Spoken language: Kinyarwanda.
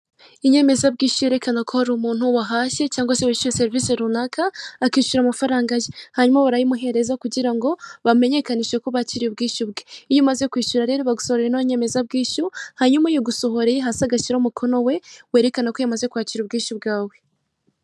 Unyemezabwishyu yerekana ko hari umuntu wahashye cyangwa se wishyuye serivise runaka, akishyura amafaranga ye, hanyuma barayimuhereza kugira ngo bamenyekanishe ko bakiriye ubwishyu bwe, iyo uyamaze kwishyura rero bagusohorera ino nymenezabwishyu, hanyuma uyigusohoreye hasi agashyira ho umukono we, werekano ko yamaze kwakira ubwishyu bwawe.